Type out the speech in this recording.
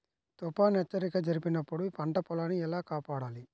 తుఫాను హెచ్చరిక జరిపినప్పుడు పంట పొలాన్ని ఎలా కాపాడాలి?